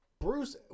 Bruce